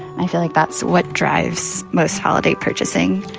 i feel like that's what drives most holiday purchasing.